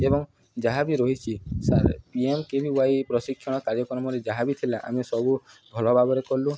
ଏବଂ ଯାହା ବିି ରହିଛିି ପିଏମ୍କଭିୱାଇ ପ୍ରଶିକ୍ଷଣ କାର୍ଯ୍ୟକ୍ରମରେ ଯାହା ବି ଥିଲା ଆମେ ସବୁ ଭଲ ଭାବରେ କଲୁ